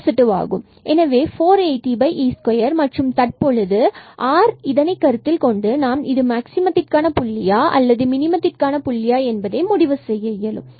எனவே 480e2 மற்றும் தற்பொழுது r இதனை கருத்தில் கொண்டு நம்மால் இது மாக்ஸிமத்திற்கான புள்ளியா அல்லது மினிமத்திற்கான புள்ளியா என்பதை முடிவு செய்ய இயலும்